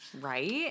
Right